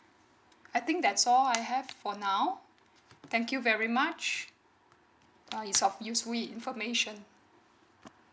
I think that's all I have for now thank you very much uh it's of usely information